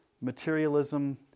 materialism